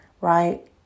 right